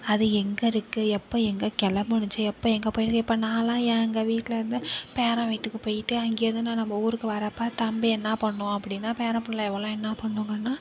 அது எங்கே இருக்குது எப்போ எங்கே கிளம்புணுச்சி எப்போ எங்கே போயிருக்கு இப்போ நான்லாம் எங்கள் வீட்டில் இருந்து பேரன் வீட்டுக்கு போயிட்டு அங்கேருந்து நான் நம்ம ஊருக்கு வரப்போ தம்பி என்ன பண்ணுவான் அப்படின்னா பேரன் புள்ளைங்லாம் என்ன பண்ணுங்கன்னா